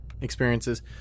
experiences